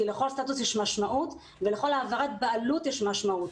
כי לכל סטטוס יש משמעות ולכל העברת בעלות יש משמעות.